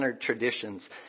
traditions